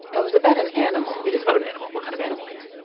it was about an animal it is about an animal. what kind of animal, karen?